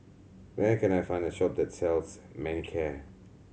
where can I find a shop that sells Manicare